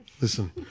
Listen